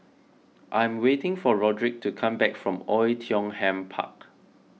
I'm waiting for Rodrick to come back from Oei Tiong Ham Park